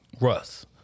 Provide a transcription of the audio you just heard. Russ